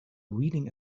reading